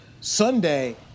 Sunday